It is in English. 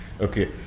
Okay